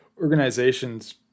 organization's